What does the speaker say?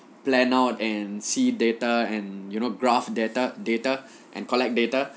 plan out and see data and you know graph data data and collect data